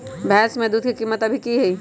भैंस के दूध के कीमत अभी की हई?